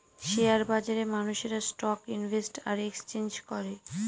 share বাজারে মানুষেরা stock invest আর এক্সচেঞ্জ করে